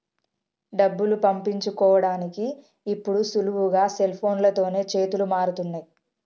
డబ్బులు పంపించుకోడానికి ఇప్పుడు సులువుగా సెల్ఫోన్లతోనే చేతులు మారుతున్నయ్